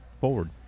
forward